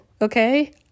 okay